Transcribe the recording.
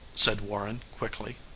said warren quickly.